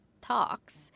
Talks